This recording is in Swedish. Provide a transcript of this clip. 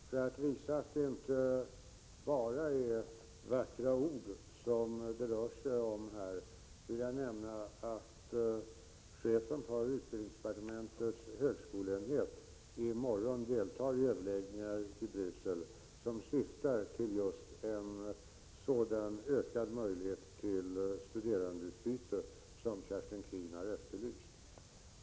Herr talman! För att visa att det inte bara är vackra ord det rör sig om, vill jag nämna att chefen för utbildningsdepartementets högskoleenhet i morgon deltar i överläggningar i Bryssel som syftar till just en sådan ökad möjlighet till studerandeutbyte som Kerstin Keen har efterlyst.